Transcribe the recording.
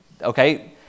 Okay